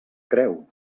creu